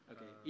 Okay